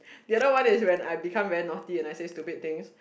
the other one is when I become very naughty and I say stupid things